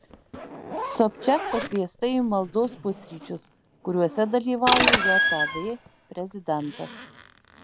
sobčiak pakviesta į maldos pusryčius kuriuose dalyvauja jav prezidentas